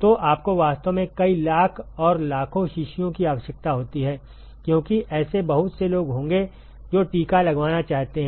तो आपको वास्तव में कई लाख और लाखों शीशियों की आवश्यकता होती है क्योंकि ऐसे बहुत से लोग होंगे जो टीका लगवाना चाहते हैं